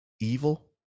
evil